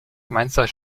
mainzer